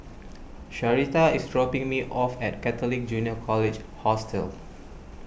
Sharita is dropping me off at Catholic Junior College Hostel